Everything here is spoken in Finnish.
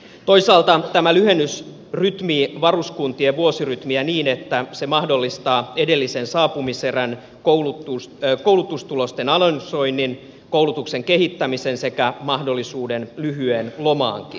toisaalta tämä lyhennys rytmittää varuskuntien vuosirytmiä niin että se mahdollistaa edellisen saapumiserän koulutustulosten analysoinnin koulutuksen kehittämisen sekä mahdollisuuden lyhyeen lomaankin